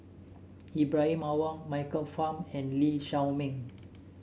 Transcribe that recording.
Ibrahim Awang Michael Fam and Lee Shao Meng